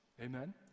Amen